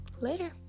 later